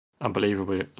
unbelievable